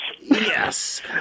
Yes